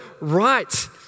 right